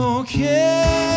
Okay